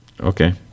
okay